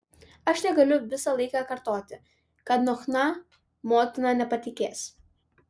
aš negaliu visą laiką kartoti kad nuo chna motina nepatikės